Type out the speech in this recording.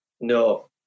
No